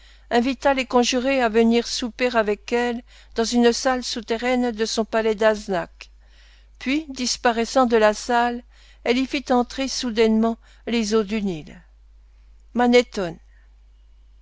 invita les conjurés à venir souper avec elle dans une salle souterraine de son palais d'aznac puis disparaissant de la salle elle y fit entrer soudainement les eaux du nil